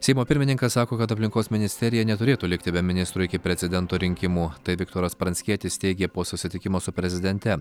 seimo pirmininkas sako kad aplinkos ministerija neturėtų likti be ministro iki prezidento rinkimų tai viktoras pranckietis teigė po susitikimo su prezidente